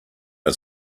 are